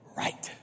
right